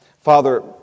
father